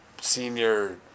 senior